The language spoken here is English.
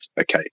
okay